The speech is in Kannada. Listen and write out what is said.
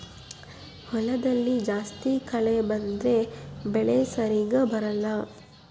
ಹೊಲದಲ್ಲಿ ಜಾಸ್ತಿ ಕಳೆ ಬಂದ್ರೆ ಬೆಳೆ ಸರಿಗ ಬರಲ್ಲ